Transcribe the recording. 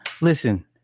Listen